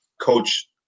coach